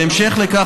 בהמשך לכך,